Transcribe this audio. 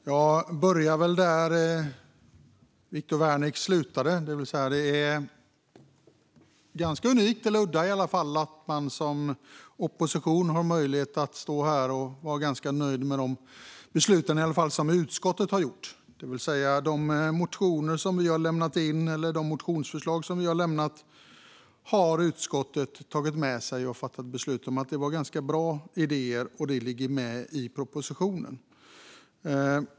Fru talman! Jag börjar där Viktor Wärnick slutade. Det är ganska udda att som opposition vara nöjd med de beslut som utskottet tagit. Men utskottet tyckte att våra förslag var bra, och nu finns de med i propositionen.